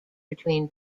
between